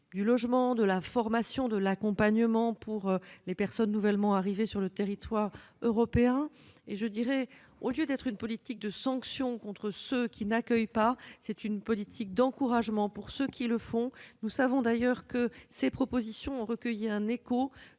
du logement, de la formation, de l'accompagnement pour les personnes nouvellement arrivées sur le territoire européen. Au lieu d'être une politique de sanctions contre ceux qui n'accueillent pas, c'est une politique d'encouragement pour ceux qui le font. Nous savons d'ailleurs que ces propositions ont recueilli un écho